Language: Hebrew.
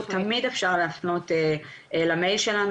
תמיד אפשר להפנות למייל שלנו,